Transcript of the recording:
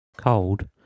Cold